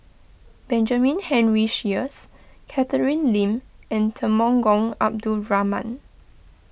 Benjamin Henry Sheares Catherine Lim and Temenggong Abdul Rahman